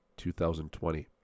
2020